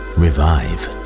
revive